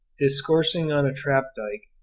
discoursing on a trapdyke,